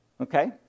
Okay